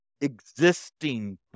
Existing